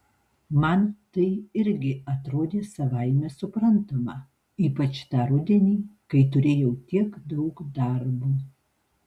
man tai irgi atrodė savaime suprantama ypač tą rudenį kai turėjau tiek daug darbo